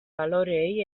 baloreei